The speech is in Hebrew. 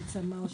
אמצע מאי,